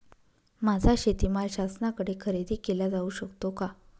माझा शेतीमाल शासनाकडे खरेदी केला जाऊ शकतो का?